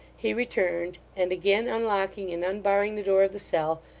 he returned, and again unlocking and unbarring the door of the cell,